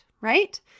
right